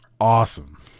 awesome